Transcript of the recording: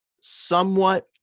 somewhat